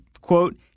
quote